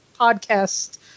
podcast